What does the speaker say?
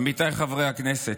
עמיתיי חברי הכנסת,